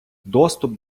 доступ